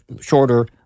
shorter